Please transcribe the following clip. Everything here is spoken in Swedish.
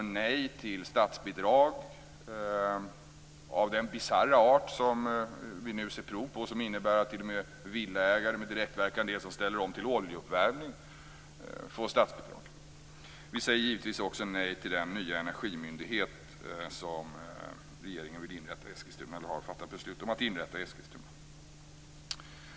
Vi säger nej till statsbidrag av den bisarra art som vi nu ser prov på och som innebär att t.o.m. villaägare med direktverkande el som ställer om till oljeuppvärmning får statsbidrag. Vi säger givetvis även nej till den nya energimyndighet som regeringen har fattat beslut om att inrätta i Eskilstuna.